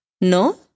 ¿no